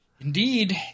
Indeed